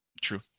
True